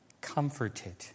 comforted